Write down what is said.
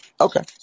Okay